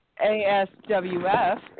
ASWF